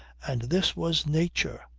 and this was nature!